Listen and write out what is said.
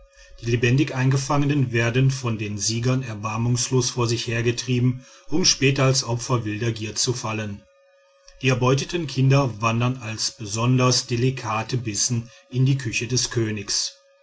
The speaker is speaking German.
die lebendig eingefangenen werden von den siegern erbarmungslos vor sich hergetrieben um später als opfer wilder gier zu fallen die erbeuteten kinder wandern als besonders delikate bissen in die küche des königs